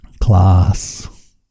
Class